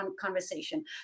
conversation